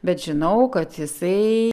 bet žinau kad jisai